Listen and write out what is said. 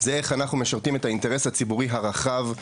זה איך אנחנו משרתים את האינטרס הציבורי הרחב.